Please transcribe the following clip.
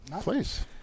Please